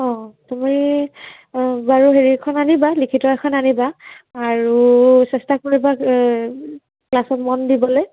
অ তুমি বাৰু হেৰি এখন আনিবা লিখিত এখন আনিবা আৰু চেষ্টা কৰিবা এ ক্লাছত মন দিবলৈ